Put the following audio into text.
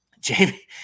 Jamie